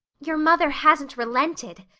your mother hasn't relented?